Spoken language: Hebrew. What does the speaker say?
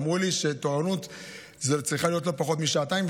אמרו לי שתורנות צריכה להיות לא פחות משעתיים,